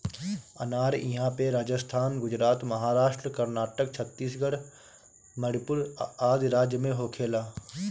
अनार इहां पे राजस्थान, गुजरात, महाराष्ट्र, कर्नाटक, छतीसगढ़ मणिपुर आदि राज में होखेला